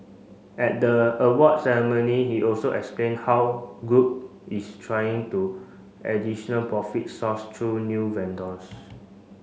at the awards ceremony he also explained how group is trying to additional profit source through new vendors